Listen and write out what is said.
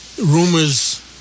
rumors